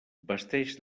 vesteix